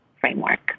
framework